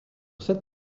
cette